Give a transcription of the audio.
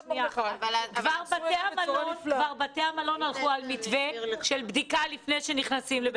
כבר בתי המלון הלכו על מתווה של בדיקה לפני שנכנסים.